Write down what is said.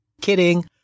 Kidding